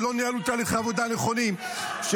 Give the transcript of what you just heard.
שלא ניהלו תהליכי עבודה נכונים -- מי שלא עשה את זה עשה מסיבה.